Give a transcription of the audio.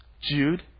Jude